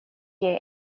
year